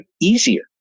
easier